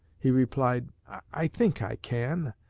he replied, i think i can.